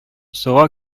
суга